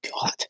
God